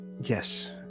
Yes